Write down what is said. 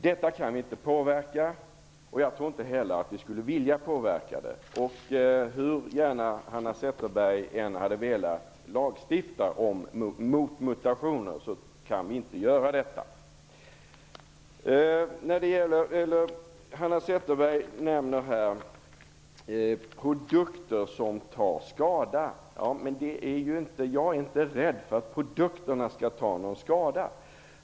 Detta kan vi inte påverka, och jag tror inte heller att vi skulle vilja påverka det. Hur gärna Hanna Zetterberg än hade velat lagstifta mot mutationer kan vi inte göra det. Hanna Zetterberg nämnde produkter som tar skada. Jag är inte rädd för att produkterna skall ta någon skada.